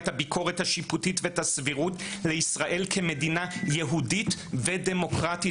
את הביקורת השיפוטית ואת הסבירות לישראל כמדינה יהודית ודמוקרטית.